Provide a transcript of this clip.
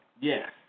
Yes